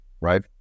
right